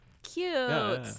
Cute